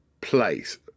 place